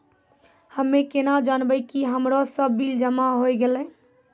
हम्मे केना जानबै कि हमरो सब बिल जमा होय गैलै?